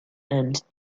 and